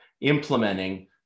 implementing